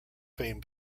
fame